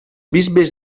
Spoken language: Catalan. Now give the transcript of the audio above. bisbes